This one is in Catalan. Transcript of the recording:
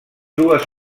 dues